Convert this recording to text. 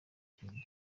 kindi